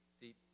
deep